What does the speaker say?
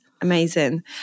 Amazing